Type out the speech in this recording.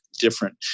different